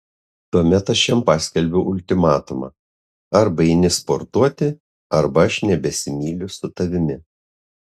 tuomet aš jam paskelbiau ultimatumą arba eini sportuoti arba aš nebesimyliu su tavimi